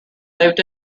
lived